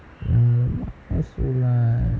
ya mala so nice